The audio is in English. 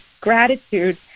gratitude